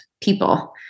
people